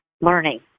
learning